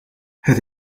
het